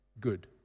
good